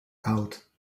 oud